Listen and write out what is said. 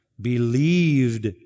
believed